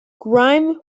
grime